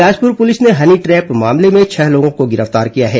Bilaspur police ने honeytrap मामले में छह लोगों को गिरफ्तार किया है